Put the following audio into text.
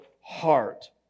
heart